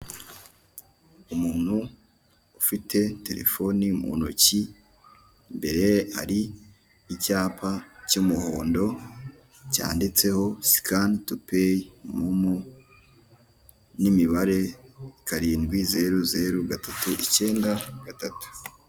Umuhanda w'igitaka iburyo bwawo n'ibumoso hari amazu agiye atandukanye. Ndahabona igipangu cy'amabara y'icyatsi ndetse iyo nzu isakaje amabati atukura. Hakurya y'umuhanda hari umukindo mwiza uri imbere y'igipangu cy'amatafari.